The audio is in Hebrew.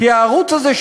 כי הערוץ הזה,